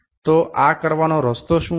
તો આ કરવાનો રસ્તો શું હશે